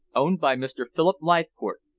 owned by mr. philip leithcourt,